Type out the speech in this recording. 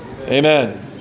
Amen